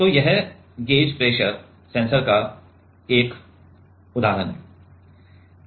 तो यह gauge pressure sensor का उदाहरण है